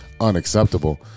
unacceptable